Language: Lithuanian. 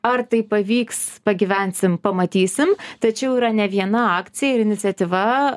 ar tai pavyks pagyvensim pamatysim tačiau yra ne viena akcija ir iniciatyva